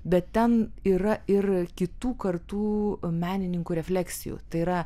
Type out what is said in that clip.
bet ten yra ir kitų kartų menininkų refleksijų tai yra